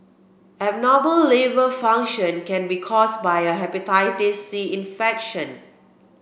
abnormal liver function can be caused by a Hepatitis C infection